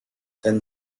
then